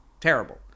terrible